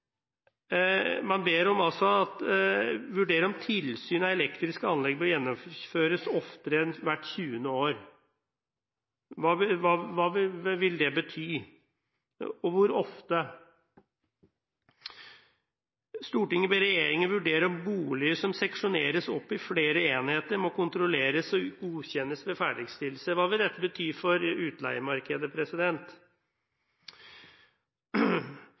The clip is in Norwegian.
Man ber f.eks. regjeringen vurdere om tilsyn av elektriske anlegg bør gjennomføres oftere enn hvert 20. år. Hva vil det bety – og hvor ofte? Stortinget ber regjeringen vurdere om boliger som seksjoneres opp i flere enheter, må kontrolleres og godkjennes ved ferdigstillelse. Hva vil dette bety for utleiemarkedet?